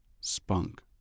Spunk